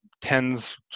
tens